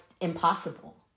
impossible